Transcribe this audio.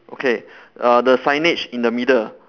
okay uh the signage in the middle